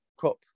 Cup